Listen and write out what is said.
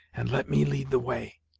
and let me lead the way.